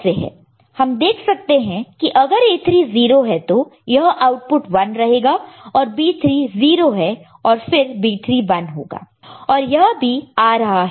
हम देख सकते हैं की अगर A3 0 है तो यह आउटपुट 1 रहेगा और B3 0 है और फिर B3 1 होगा और यह भी आ रहा है